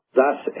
thus